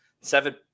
seven